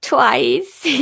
twice